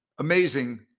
Amazing